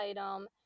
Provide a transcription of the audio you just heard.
item